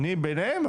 אני ביניהם,